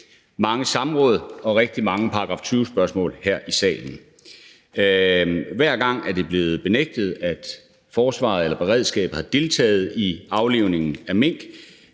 mange samråd og rigtig mange § 20-spørgsmål her i salen. Hver gang er det blevet benægtet, at forsvaret eller beredskabet har deltaget i aflivningen af mink,